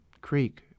Creek